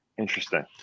Interesting